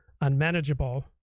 unmanageable